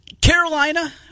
Carolina